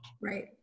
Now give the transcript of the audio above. right